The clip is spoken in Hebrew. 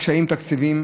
קשיים תקציביים,